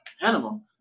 animal